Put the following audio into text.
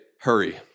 hurry